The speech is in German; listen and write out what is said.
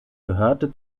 gehörte